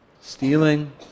stealing